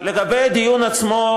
לגבי הדיון עצמו,